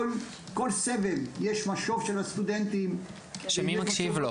בכל סבב יש משוב של הסטודנטים -- מי מקשיב לו?